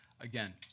again